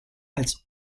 als